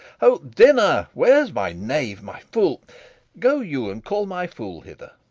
ho, dinner where's my knave? my fool go you and call my fool hither.